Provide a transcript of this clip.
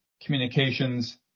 communications